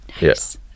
Yes